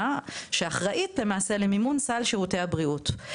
שאחראית למעשה למימון סל שירותי הבריאות,